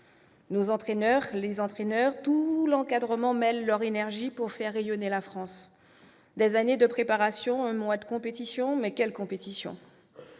et entraîneurs et tout l'encadrement mêlent leur énergie pour faire rayonner la France. Des années de préparation pour un mois de compétition, mais quelle compétition !